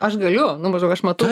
aš galiu nu maždaugu aš matau